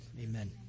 Amen